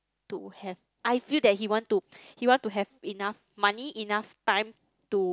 to have I feel that he want to he want to have enough money enough time to